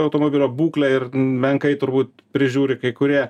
automobilio būklę ir menkai turbūt prižiūri kai kurie